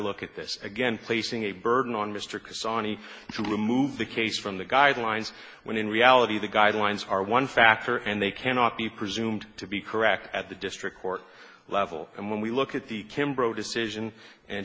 look at this again placing a burden on mr casady to remove the case from the guidelines when in reality the guidelines are one factor and they cannot be presumed to be correct at the district court level and when we look at the kimbrough decision and